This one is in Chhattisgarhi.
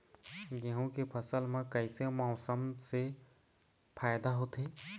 गेहूं के फसल म कइसे मौसम से फायदा होथे?